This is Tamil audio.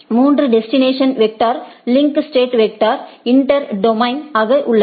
மூன்று distance vector link state inter domain ஆக உள்ளது